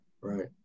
right